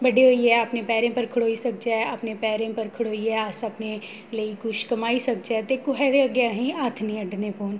बड्डे होइयै अपने पैरें पर खड़ोई सकचै अपने पैरें पर खडोइयै अस अपने लेई कुछ कमाई सकचै ते कुसै दे अग्गें असें ई हत्थ निं अड्डने पौन